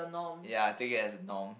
ya think as norm